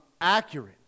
accurate